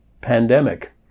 pandemic